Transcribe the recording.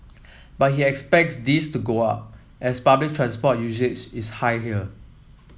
but he expect this to go up as public transport usage is high here